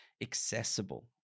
accessible